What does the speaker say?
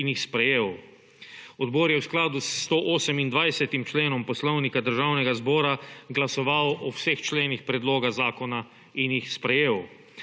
in jih sprejel. Odbor je v skladu s 128. členom Poslovnika Državnega zbora glasoval o vseh členih predloga zakona in jih sprejel.